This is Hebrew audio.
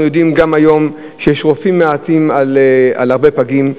אנחנו יודעים גם שהיום יש רופאים מעטים על הרבה פגים.